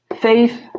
Faith